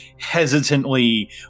hesitantly